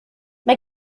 mae